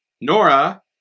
Nora